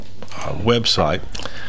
website